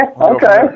Okay